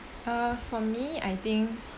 uh for me I think